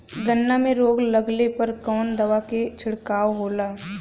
गन्ना में रोग लगले पर कवन दवा के छिड़काव होला?